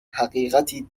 حقیقتی